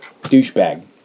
Douchebag